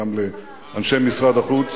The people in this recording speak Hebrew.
גם לאנשי משרד החוץ.